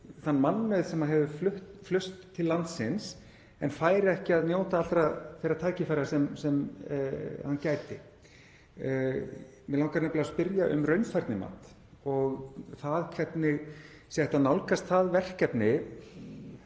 þann mannauð sem hefur flust til landsins en fær ekki að njóta allra þeirra tækifæra sem hann gæti. Mig langar nefnilega að spyrja um raunfærnimat og það hvernig sé hægt að nálgast það verkefni,